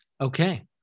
Okay